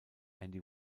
andy